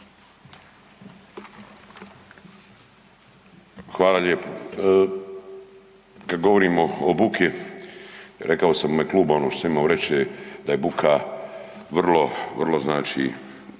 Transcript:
Hvala lijepo. Kad govorimo o buki, rekao sam u ime kluba ono što sam imao reći je da je buka vrlo,